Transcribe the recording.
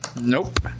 Nope